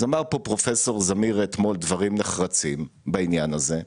אמר פה פרופסור זמיר דברים נחרצים בעניין הזה,